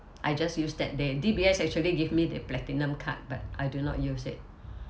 I just use that they D_B_S actually give me the platinum card but I do not use it